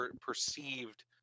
perceived